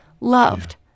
loved